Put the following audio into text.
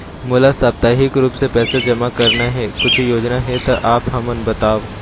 मोला साप्ताहिक रूप से पैसा जमा करना हे, कुछू योजना हे त आप हमन बताव?